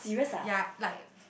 yea like